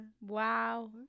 Wow